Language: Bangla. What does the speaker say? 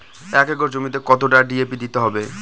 এক একর জমিতে কতটা ডি.এ.পি দিতে হবে?